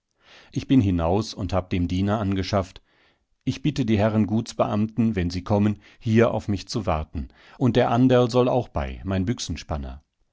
ich bin hinaus und hab dem diener angeschafft ich bitte die herren gutsbeamten wenn sie kommen hier auf mich zu warten und der anderl soll auch bei mein